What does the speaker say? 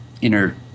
inner